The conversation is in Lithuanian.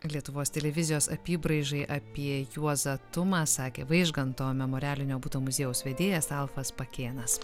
lietuvos televizijos apybraižai apie juozą tumą sakė vaižganto memorialinio buto muziejaus vedėjas alfas pakėnas